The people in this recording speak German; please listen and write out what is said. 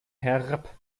herab